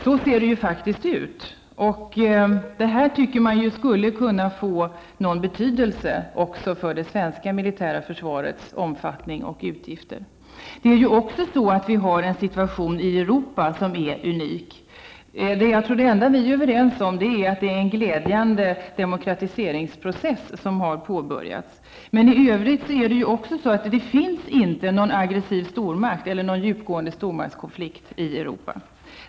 Så ser situationen ut, och man tycker då att detta skulle kunna få betydelse också för det svenska militära försvarets omfattning och utgifter. Situationen i Europa är unik. Det enda försvarsministern och jag är överens om är att den demokratiseringsprocess som har påbörjats är glädjande. I övrigt finns det inte någon agressiv stormakt eller någon djupgående stormaktskonflikt i Europa.